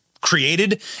created